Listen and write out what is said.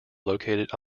located